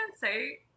say